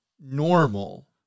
normal